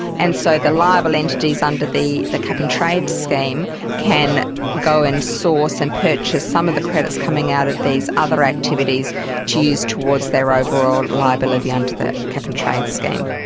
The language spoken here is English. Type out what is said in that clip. and so the liable entities under the the cap and trade scheme can go and source and purchase some of the credits coming out of these other activities to use towards their overall liability under that cap and trade scheme.